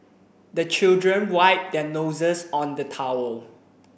the children wipe their noses on the towel